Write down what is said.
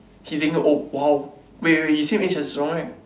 he taking oh !wow! wait wait wait he same age as Zhi-Rong right